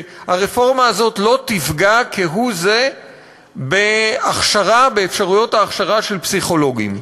שהרפורמה הזאת לא תפגע כהוא-זה באפשרויות ההכשרה של פסיכולוגים.